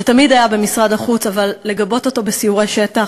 שתמיד היה במשרד החוץ, אבל לגבות אותו בסיורי שטח.